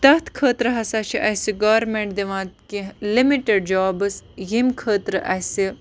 تَتھ خٲطرٕ ہَسا چھِ اَسہِ گورمٮ۪نٛٹ دِوان کیٚنٛہہ لِمِٹِڈ جابٕس ییٚمہِ خٲطرٕ اَسہِ